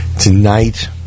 Tonight